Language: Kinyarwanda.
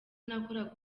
nakoraga